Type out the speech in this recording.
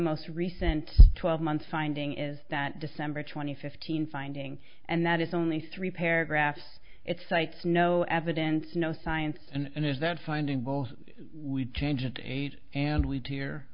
most recent twelve months finding is that december twenty fifth teen finding and that is only three paragraphs it cites no evidence no science and there's that finding both we change it to eight and we'